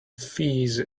fizz